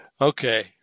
Okay